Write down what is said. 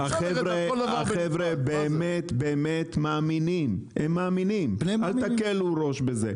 החבר'ה הם באמת מאמינים, אל תקלו ראש בזה.